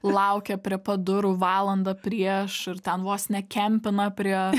laukia prie pat durų valandą prieš ir ten vos ne kempina prie